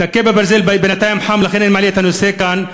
תכה בברזל בעודנו חם, ולכן אני מעלה את הנושא כאן.